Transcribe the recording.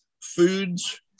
foods